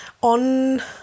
on